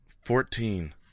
Fourteen